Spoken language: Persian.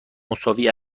مساوی